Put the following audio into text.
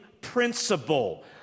principle